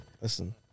Listen